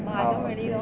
oh okay